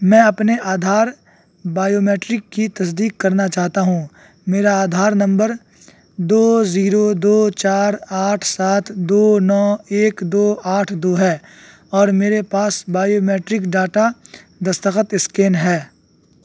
میں اپنے آدھار بائیومیٹرک کی تصدیق کرنا چاہتا ہوں میرا آدھار نمبر دو زیرو دو چار آٹھ سات دو نو ایک دو آٹھ دو ہے اور میرے پاس بائیومیٹرک ڈاٹا دستخط اسکین ہے